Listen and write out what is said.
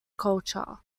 culture